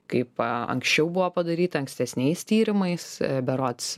kaip anksčiau buvo padaryta ankstesniais tyrimais berods